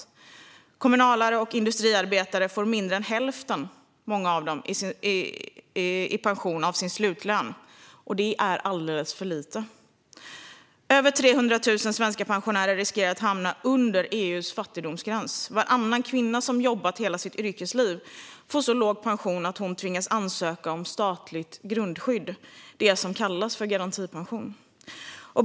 Många kommunalare och industriarbetare får mindre än hälften av sin slutlön i pension. Det är alldeles för lite. Över 300 000 svenska pensionärer riskerar att hamna under EU:s fattigdomsgräns. Varannan kvinna som jobbat hela sitt yrkesliv får så låg pension att hon tvingas ansöka om statligt grundskydd, det som kallas garantipension.